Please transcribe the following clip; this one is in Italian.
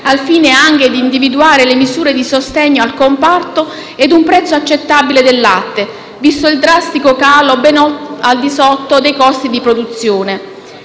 al fine anche di individuare le misure di sostegno al comparto e un prezzo accettabile del latte, visto il drastico calo ben al di sotto dei costi di produzione.